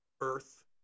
Earth